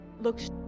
looks